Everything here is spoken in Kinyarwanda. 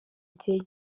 igihe